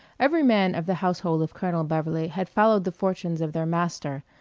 every man of the household of colonel beverley had followed the fortunes of their master,